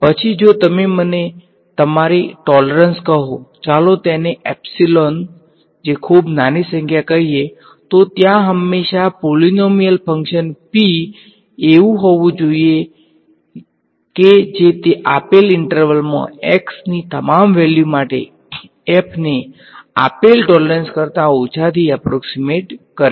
પછી જો તમે મને તમારી ટોલરંસ કહો ચાલો તેને એપ્સીલોન ખુબ નાની સંખ્યા કહીએ તો ત્યાં હંમેશા પોલીનોમીયલ ફંક્શન p એવુ હોવુ જોઈએ કે જે તે આપેલ ઈંટર્વલમાં x ની તમામ વેલ્યુ માટે f ને આપેલ ટોલરંસ કરતાં ઓછા થી એપ્રોક્ષીમેટ કરે